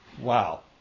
Wow